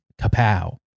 Kapow